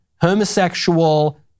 homosexual